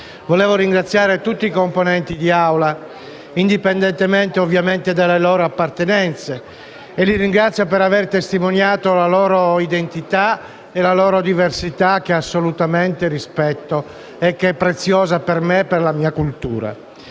Volevo ringraziare tutti i componenti dell'Assemblea, indipendentemente dalle loro appartenenze; li ringrazio per aver testimoniato la loro identità e la loro diversità, che assolutamente rispetto e che è preziosa per me e la mia cultura.